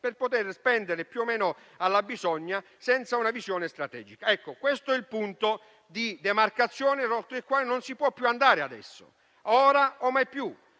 da poter spendere, più o meno alla bisogna, senza una visione strategica. Questo è il punto di demarcazione, oltre il quale non si può più andare adesso. Ora o mai più.